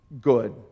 good